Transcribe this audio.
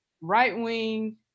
right-wing